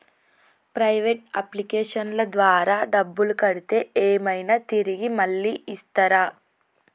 Private అప్లికేషన్ల ద్వారా డబ్బులు కడితే ఏమైనా తిరిగి మళ్ళీ ఇస్తరా?